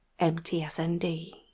MTSND